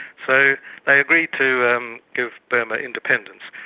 so they agreed to um give burma independence.